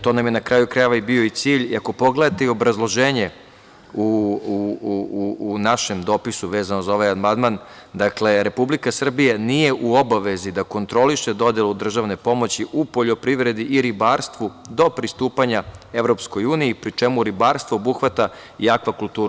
To nam je, na kraju krajeva i bio cilj, i ako pogledate obrazloženje u našem dopisu vezano za ovaj amandman, dakle, Republika Srbija nije u obavezi da kontroliše dodelu državne pomoći u poljoprivredi i ribarstvu do pristupanja EU, pri čemu ribarstvo obuhvata i akva kulturu.